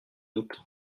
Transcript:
doute